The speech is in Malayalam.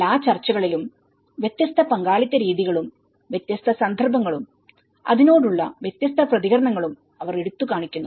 എല്ലാ ചർച്ചകളിലും വ്യത്യസ്ത പങ്കാളിത്ത രീതികളും വ്യത്യസ്ത സന്ദർഭങ്ങളും അതിനോടുള്ള വ്യത്യസ്ത പ്രതികരണങ്ങളും അവർ എടുത്തുകാണിക്കുന്നു